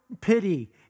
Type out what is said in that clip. pity